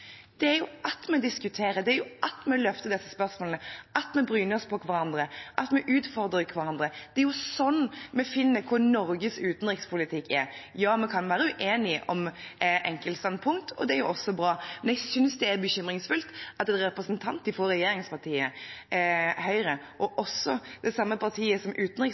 at vi diskuterer, at vi løfter disse spørsmålene, at vi bryner oss på hverandre, at vi utfordrer hverandre. Slik finner vi ut hvordan Norges utenrikspolitikk er. Ja, vi kan være uenige om enkeltstandpunkt – det er også bra – men jeg synes det er bekymringsfullt at en representant fra regjeringspartiet Høyre, det samme partiet som